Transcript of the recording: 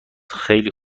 خیلی